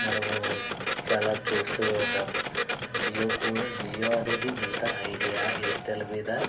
మనము చాలా చూస్తూనే ఉన్నాము జియో కు జియో అనేది మిగతా ఐడియా ఎయిర్టెల్ మీద